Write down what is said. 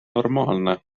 normaalne